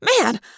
Man